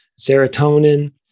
serotonin